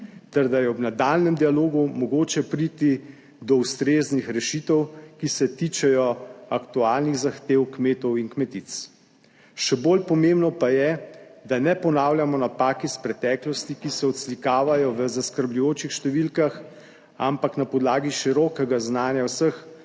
ter da je ob nadaljnjem dialogu mogoče priti do ustreznih rešitev, ki se tičejo aktualnih zahtev kmetov in kmetic. Še bolj pomembno pa je, da ne ponavljamo napak iz preteklosti, ki se odslikavajo v zaskrbljujočih številkah, ampak na podlagi širokega znanja vseh